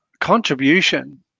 contribution